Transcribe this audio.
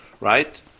Right